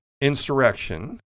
insurrection